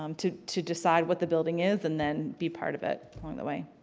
um to to decide what the building is and then be part of it along the way.